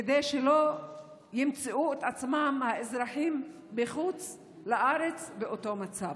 כדי שלא ימצאו את עצמם האזרחים בחוץ לארץ באותו מצב.